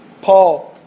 Paul